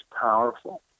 powerful